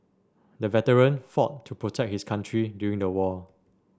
the veteran fought to protect his country during the war